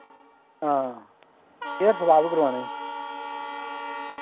हां hair spa बी करवाना ऐ